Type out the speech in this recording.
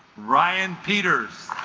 ryan peters